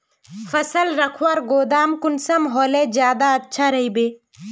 फसल रखवार गोदाम कुंसम होले ज्यादा अच्छा रहिबे?